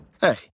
hey